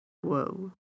Whoa